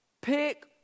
pick